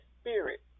spirit